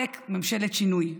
עלק ממשלת שינוי.